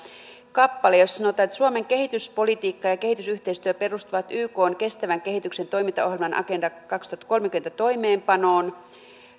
kappale jossa sanotaan että suomen kehityspolitiikka ja ja kehitysyhteistyö perustuvat ykn kestävän kehityksen toimintaohjelman agenda kaksituhattakolmekymmentän toimeenpanoon